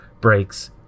breaks